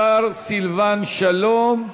השר סילבן שלום.